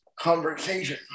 conversation